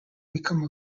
become